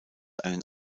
einen